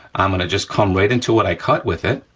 i'm gonna just come right into what i cut with it,